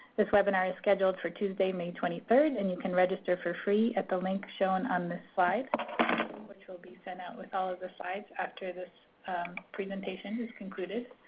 this webinar is scheduled for tuesday, may twenty three, and you can register for free at the link shown on this slide which will be sent out with all of the slides after this presentation is concluded.